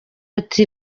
ati